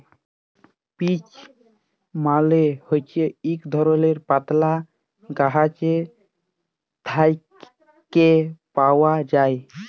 peach মালে হছে ইক ধরলের পাতলা গাহাচ থ্যাকে পাউয়া যায়